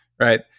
right